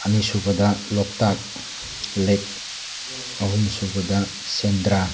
ꯑꯅꯤꯁꯨꯕꯗ ꯂꯣꯛꯇꯥꯛ ꯂꯦꯛ ꯑꯍꯨꯝ ꯁꯨꯕꯗ ꯁꯦꯟꯗ꯭ꯔꯥ